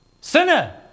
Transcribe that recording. Sinner